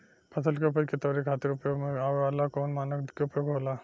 फसल के उपज के तौले खातिर उपयोग में आवे वाला कौन मानक के उपयोग होला?